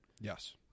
Yes